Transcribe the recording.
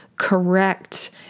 correct